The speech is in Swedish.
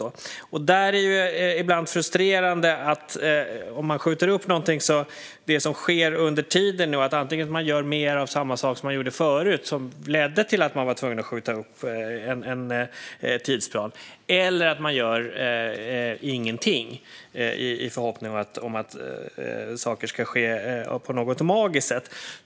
Det är ibland frustrerande att under tiden som man skjuter upp någonting gör man antingen mer av samma sak som man gjorde förut och som ledde till att man var tvungen att skjuta upp en tidsplan eller att man inte gör någonting alls i förhoppningen att saker ska ske på något magiskt sätt.